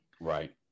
Right